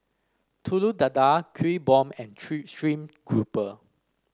Telur Dadah Kuih Bom and stream grouper